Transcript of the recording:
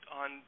on